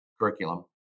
curriculum